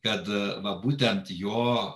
kad va būtent jo